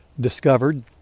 discovered